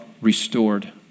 restored